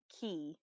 key